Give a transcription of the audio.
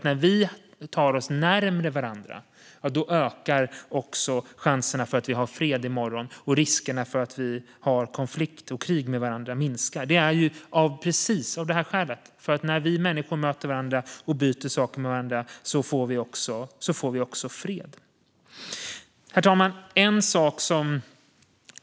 När vi tar oss närmare varandra ökar nämligen också chanserna för att vi har fred i morgon, och risken för att vi har konflikt och krig med varandra minskar. Det är precis av det här skälet: När vi människor möter varandra och byter saker med varandra får vi också fred. Herr talman!